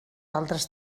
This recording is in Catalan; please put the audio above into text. altres